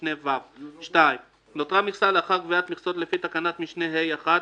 משנה (ו); נותרה מכסה לאחר קביעת מכסות לפי תקנת משנה (ה)(1),